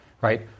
right